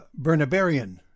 Bernabarian